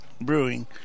brewing